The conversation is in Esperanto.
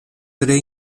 tre